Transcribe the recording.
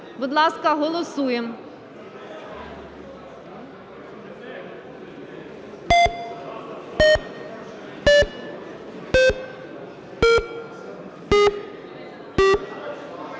Будь ласка, голосуємо.